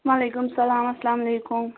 وعلیکُم سَلام اسلامُ علیکُم